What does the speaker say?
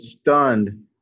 stunned –